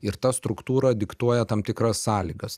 ir ta struktūra diktuoja tam tikras sąlygas